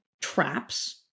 traps